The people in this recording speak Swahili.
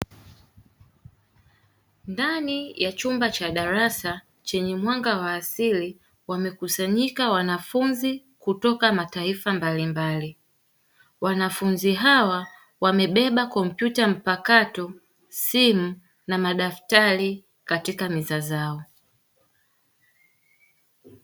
Ndani ya chumba cha darasa chenye mwanga wa asili, wamekusanyika wanafunzi kutoka mataifa mbalimbali. Wanafunzi hawa wamebeba kompyuta mpakato, simu na madaftari katika meza zao.